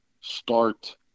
start